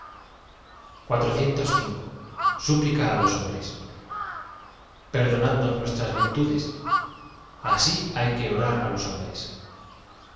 ca á los hombres perdonadnos nuestras virtu des asi h ay que orar á los hombres